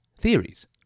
theories